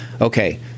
okay